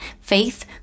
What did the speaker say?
Faith